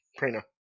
Prina